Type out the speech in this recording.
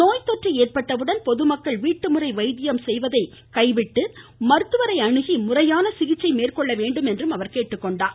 நோய் தொற்று ஏற்பட்டவுடன் பொதுமக்கள் வீட்டு முறை வைத்தியம் செய்வதை விட்டுவிட்டு மருத்துவரை அணுகி முறையான சிகிச்சை மேற்கொள்ள வேண்டும் என்றும் அவர் கேட்டுக்கொண்டார்